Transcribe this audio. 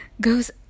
goes